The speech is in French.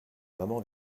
maman